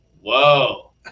whoa